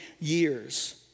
years